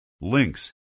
links